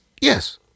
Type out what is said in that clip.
yes